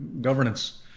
governance